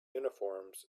uniforms